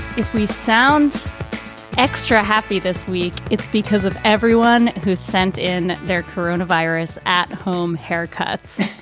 if we sound extra happy this week, it's because of everyone who sent in their corona virus at home haircuts.